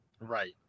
right